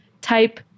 type